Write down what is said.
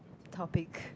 topic